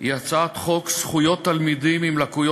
היא הצעת חוק זכויות תלמידים עם לקות